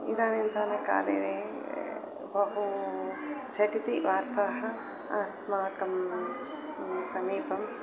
इदानीन्तनकाले बहू झटिति वार्ताः अस्माकं समीपं